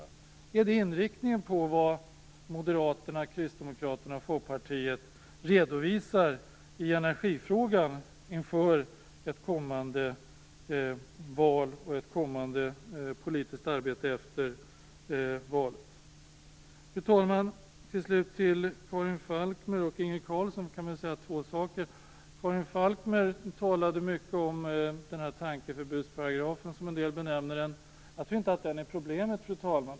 Är det den inriktning som Moderaterna, Kristdemokraterna och Folkpartiet redovisar i energifrågan inför ett kommande val och ett kommande politiskt arbete efter valet? Fru talman! Till slut vill jag säga två saker till Karin Falkmer och Inge Carlsson. Karin Falkmer talade mycket om tankeförbudsparagrafen, som en del benämner den. Jag tror inte att den är problemet, fru talman.